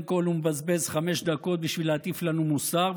כול הוא מבזבז חמש דקות בשביל להטיף לנו מוסר,